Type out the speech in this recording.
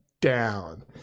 down